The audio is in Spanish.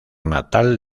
natal